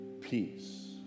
peace